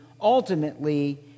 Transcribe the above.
ultimately